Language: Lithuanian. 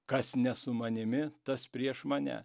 kas ne su manimi tas prieš mane